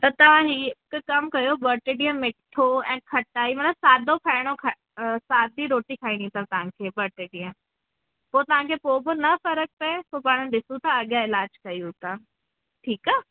त तव्हां ही हिकु कम कयो ॿ टे ॾींहं मिठो ऐं खटाई माना सादो खाइणो खा अ सादी रोटी खाइणी अथव तव्हांखे ॿ टे ॾींहं पोइ तव्हांखे पोइ बि न फ़रकु पए पोइ पाण ॾिसू था अॻियां इलाज कयूं था ठीकु आहे